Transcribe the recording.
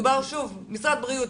מדובר על משרד הבריאות,